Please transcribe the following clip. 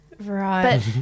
right